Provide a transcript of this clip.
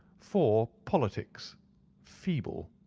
four. politics feeble.